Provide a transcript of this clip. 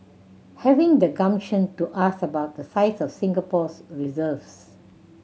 having the gumption to ask about the size of Singapore's reserves